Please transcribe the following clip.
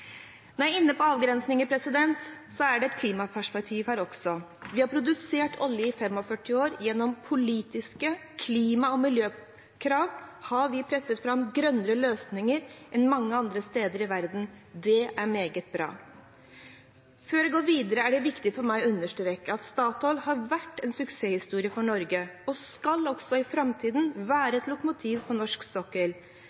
inne på avgrensninger, er det et klimaperspektiv her også. Vi har produsert olje i 45 år, og gjennom politiske klima- og miljøkrav har vi presset fram grønnere løsninger enn det er mange andre steder i verden. Det er meget bra. Før jeg går videre, er det viktig for meg å understreke at Statoil har vært en suksesshistorie for Norge og skal også i framtiden